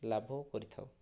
ଲାଭ କରିଥାଉ